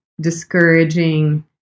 discouraging